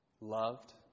loved